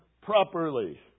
properly